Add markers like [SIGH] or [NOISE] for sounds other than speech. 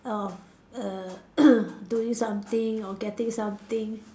oh err [COUGHS] doing something or getting something